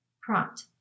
Prompt